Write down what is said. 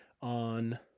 on